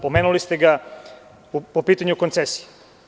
Pomenuli ste ga po pitanju koncesije.